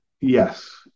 Yes